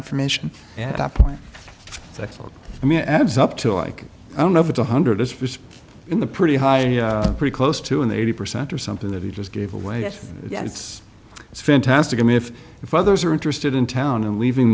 information at that point that i mean adds up to like i don't know if it's one hundred as in the pretty high pretty close to an eighty percent or something that he just gave away it's fantastic i mean if if others are interested in town and leaving